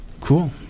Cool